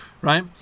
right